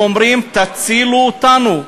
והם אומרים: תצילו אותנו,